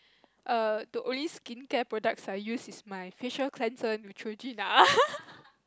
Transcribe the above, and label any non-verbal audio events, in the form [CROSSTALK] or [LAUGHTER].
err the only skincare products I use is my facial cleanser Neutrogena [LAUGHS]